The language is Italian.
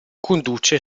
conduce